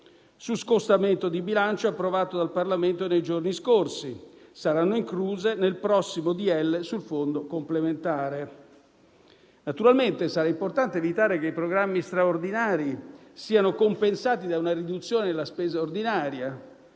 su scostamento di bilancio approvato dal Parlamento nei giorni scorsi, che saranno incluse nel prossimo decreto-legge sul Fondo complementare. Naturalmente sarà importante evitare che i programmi straordinari siano compensati da una riduzione della spesa ordinaria,